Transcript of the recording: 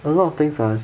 a lot of things are